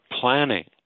planning